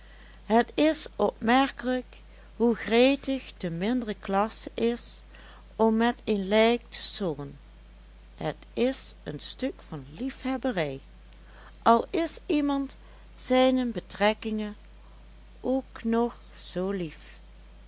het is opmerkelijk hoe gretig de mindere klasse is om met een lijk te sollen het is een stuk van liefhebberij al is iemand zijnen betrekkingen ook nog zoo lief